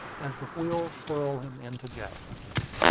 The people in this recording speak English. as the wheels whirl him into jacksonville.